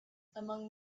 among